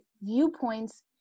viewpoints